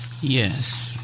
Yes